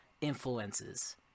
influences